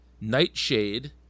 Nightshade